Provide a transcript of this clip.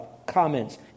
comments